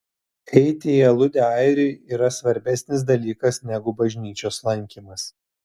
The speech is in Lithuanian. eiti į aludę airiui yra svarbesnis dalykas negu bažnyčios lankymas